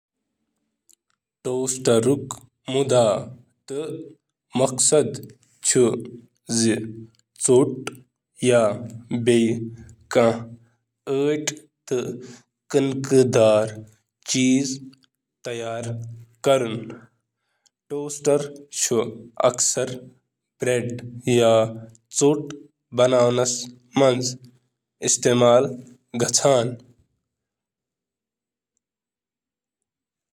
Toaster مقصد چھ toast bread خاطر، ٹوسٹرک مقصد چھ ٹوسٹ، بیگل، تہ کینہہ پیسٹری چمکدار گرمی ستۍ براؤن کٔرتھ۔ استعمال گژھان